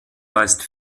weist